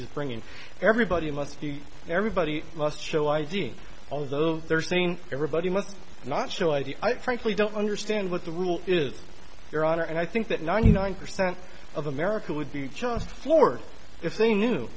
he's bringing everybody must be everybody must show id although they're saying everybody must not show id i frankly don't understand what the rule is your honor and i think that ninety nine percent of america would be just floored if they knew